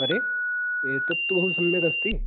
अरे एतत्तु बहु सम्यक् अस्ति